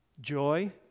joy